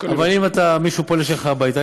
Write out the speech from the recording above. אבל אם מישהו פולש לך הביתה,